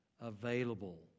available